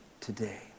today